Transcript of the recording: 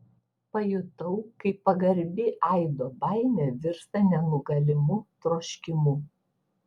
pajutau kaip pagarbi aido baimė virsta nenugalimu troškimu